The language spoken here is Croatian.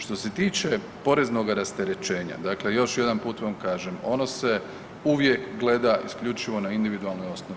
Što se tiče poreznoga rasterećenja, dakle još jedan puta vam kažem, ono se uvijek gleda isključivo na individualnoj osnovi.